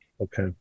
Okay